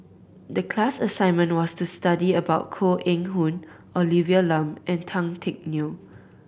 the class assignment was to study about Koh Eng Hoon Olivia Lum and Tan Teck Neo